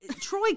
Troy